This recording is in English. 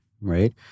right